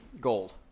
gold